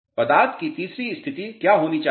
पदार्थ की तीसरी स्थिति क्या होनी चाहिए